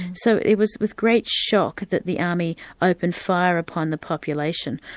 so it was with great shock that the army opened fire upon the population.